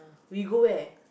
we go where